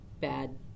bad